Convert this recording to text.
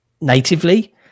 natively